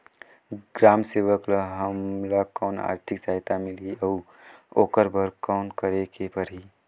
ग्राम सेवक ल हमला कौन आरथिक सहायता मिलही अउ ओकर बर कौन करे के परही?